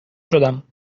شدم